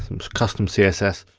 some custom css.